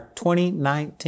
2019